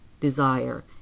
desire